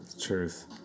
Truth